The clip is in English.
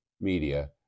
media